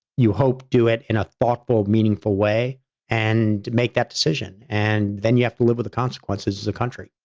you hope do it in a thoughtful, meaningful way and make that decision and then you have to live with the consequences as a country.